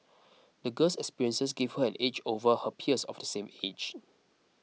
the girl's experiences gave her an edge over her peers of the same age